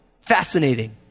Fascinating